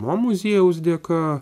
mo muziejaus dėka